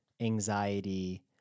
anxiety